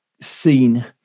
seen